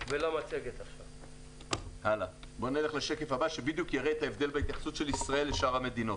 השקף הבא בדיוק יראה את ההבדל בהתייחסות של ישראל לשאר המדינות.